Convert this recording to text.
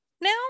now